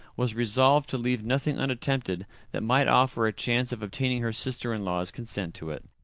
was resolved to leave nothing unattempted that might offer a chance of obtaining her sister-in-law's consent to it.